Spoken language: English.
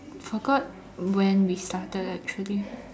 forgot when we started actually